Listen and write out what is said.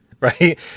right